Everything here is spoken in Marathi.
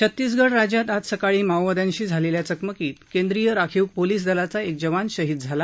छतीसगड राज्यात आज सकाळी माओवाद्यांशी झालेल्या चकमकीत केंद्रीय राखीव पोलीस दलाचा एक जवान शहीद झाला